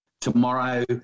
tomorrow